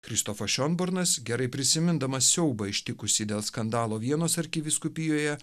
kristofas šionbornas gerai prisimindamas siaubą ištikusį dėl skandalo vienos arkivyskupijoje